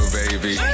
baby